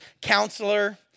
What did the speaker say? counselor